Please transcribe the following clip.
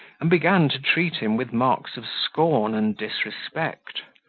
and began to treat him with marks of scorn and disrespect.